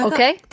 Okay